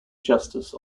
justice